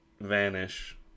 vanish